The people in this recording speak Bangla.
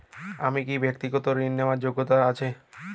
আমার কী ব্যাক্তিগত ঋণ নেওয়ার যোগ্যতা রয়েছে?